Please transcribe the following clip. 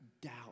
doubt